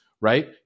right